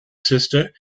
sister